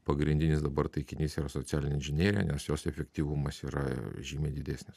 pagrindinis dabar taikinys yra socialinė inžinerija nes jos efektyvumas yra žymiai didesnis